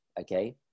okay